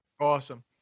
Awesome